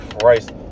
Christ